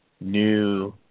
new